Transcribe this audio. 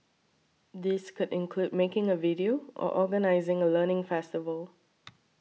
these could include making a video or organising a learning festival